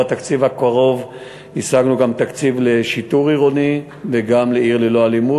בתקציב הקרוב השגנו גם תקציב לשיטור עירוני וגם ל"עיר ללא אלימות",